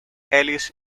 ellis